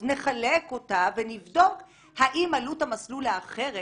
נחלק אותה ונבדוק האם עלות המסלול האחרת